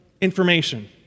information